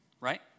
right